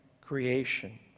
creation